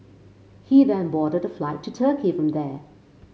he then boarded a flight to Turkey from there